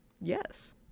Yes